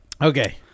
Okay